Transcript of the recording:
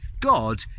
God